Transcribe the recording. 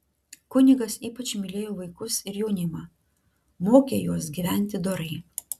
kunigas ypač mylėjo vaikus ir jaunimą mokė juos gyventi dorai